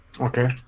Okay